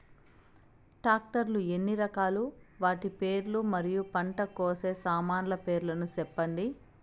Tractor లు ఎన్ని రకాలు? వాటి పేర్లు మరియు పంట కోసే సామాన్లు పేర్లను సెప్పండి?